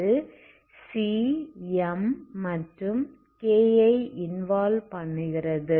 இது cmமற்றும் k ஐ இன்வால்வ் பண்ணுகிறது